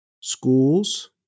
schools